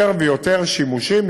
יותר ויותר שימושים.